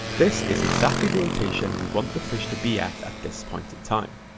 this is exactly the rotation we want the fish to be at at this point in time.